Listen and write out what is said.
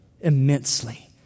immensely